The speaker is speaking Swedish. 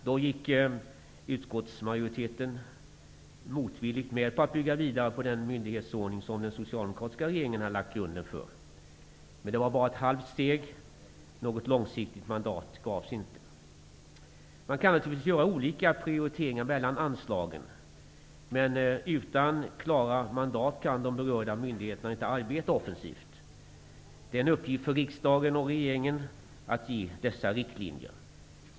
Då gick utskottsmajoriteten motvilligt med på att bygga vidare på den myndighetsordning som den socialdemokratiska regeringen hade lagt grunden för. Men det var bara ett halvt steg. Något långsiktigt mandat gavs inte. Man kan naturligtvis göra olika prioriteringar mellan anslagen, men utan klara mandat kan de berörda myndigheterna inte arbeta offensivt. Det är en uppgift för riksdagen och regeringen att ge dessa riktlinjer.